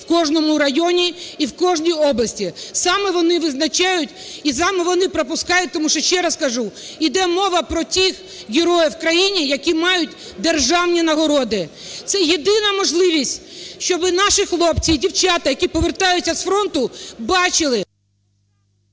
в кожному районі і в кожній області. Саме вони визначають і саме вони пропускають, тому що ще раз кажу, йде мова про тих героїв в країні, які мають державні нагороди. Це єдина можливість, щоб наші хлопці і дівчата, які повертаються з фронту, бачили…